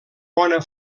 bona